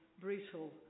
brutal